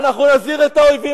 אנחנו נזהיר את האויבים,